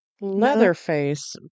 Leatherface